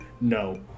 no